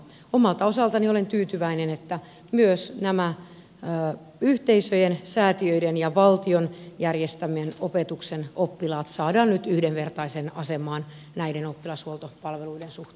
omalta osaltani olen tyytyväinen että myös nämä yhteisöjen säätiöiden ja valtion järjestämän opetuksen oppilaat saadaan nyt yhdenvertaiseen asemaan näiden oppilashuoltopalveluidensu